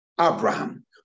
Abraham